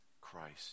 Christ